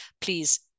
please